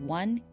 one